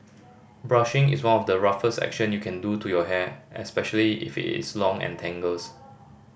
brushing is one of the roughest action you can do to your hair especially if it is long and tangles